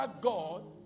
God